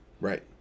right